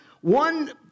one